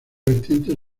vertientes